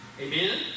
Amen